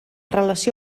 relació